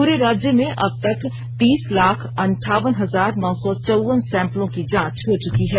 पूरे राज्य में अबतक तीस लाख अंठावन हजार नौ सौ चौवन सैंपलों की जांच हो चुकी है